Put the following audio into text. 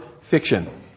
fiction